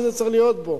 במשרד שזה צריך להיות בו.